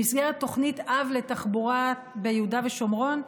במסגרת תוכנית אב לתחבורה ביהודה ושומרון,